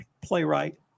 playwright